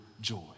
joy